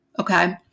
okay